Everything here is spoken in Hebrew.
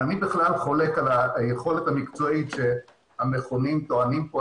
אני בכלל חולק על היכולת המקצועית שהמכונים טוענים פה.